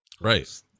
Right